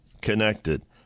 connected